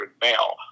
male